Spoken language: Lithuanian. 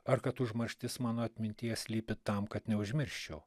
ar kad užmarštis mano atmintyje slypi tam kad neužmirščiau